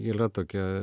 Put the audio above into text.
ylia tokia